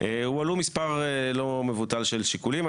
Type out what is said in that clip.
הועלו מספר לא מבוטל של שיקולים.